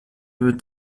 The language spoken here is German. mit